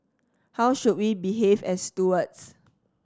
how should we behave as stewards